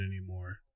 anymore